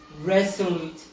resolute